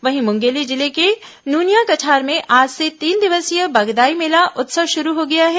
वहीं मुंगेली जिले के नूनियाकछार में आज से तीन दिवसीय बगदाई मेला उत्सव शुरू हो गया है